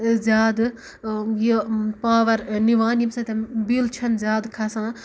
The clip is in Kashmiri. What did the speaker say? زیادٕ یہِ پاور نِوان ییٚمہِ سۭتۍ بِل چھنہٕ زیادٕ کھسان